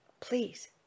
Please